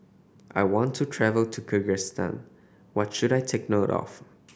I want to travel to Kyrgyzstan what should I take note of